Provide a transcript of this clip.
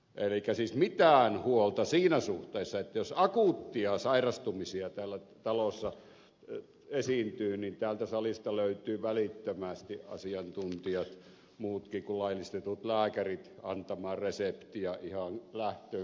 elikkä siis ei mitään huolta siinä suhteessa että jos akuutteja sairastumisia täällä talossa esiintyy niin täältä salista löytyy välittömästi asiantuntijat muutkin kuin laillistetut lääkärit antamaan reseptiä ihan lähtöön kuin lähtöön